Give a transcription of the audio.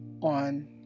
on